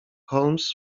holmes